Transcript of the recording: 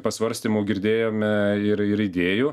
pasvarstymų girdėjome ir ir idėjų